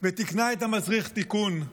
ותיקנה את המצריך תיקון.